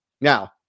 Now